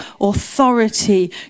authority